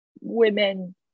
women